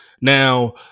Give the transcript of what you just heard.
Now